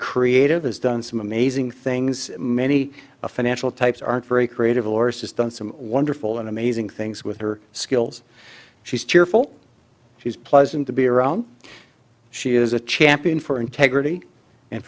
creative has done some amazing things many financial types aren't very creative lors just done some wonderful and amazing things with her skills she's cheerful she's pleasant to be around she is a champion for integrity and